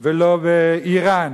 ולא באירן.